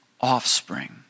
offspring